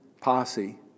posse